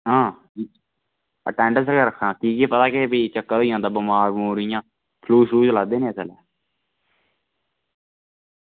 हां अटेंडेंस बगैरा रक्खनी फ्ही पता केह् फ्ही चक्कर होई जंदा बमार बुमार इ'यां फ्लू शलू चला दे न अजकल्ल